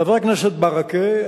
חבר הכנסת ברכה,